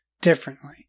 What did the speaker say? differently